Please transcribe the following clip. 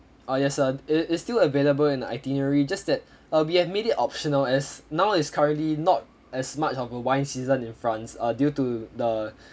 ah yes it it is still available in itinerary just that uh we have made it optional as now is currently not as much of a wine season in france uh due to the